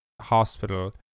hospital